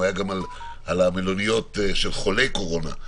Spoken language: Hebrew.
הוא היה גם על המלוניות של חולי קורונה.